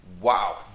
wow